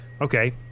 Okay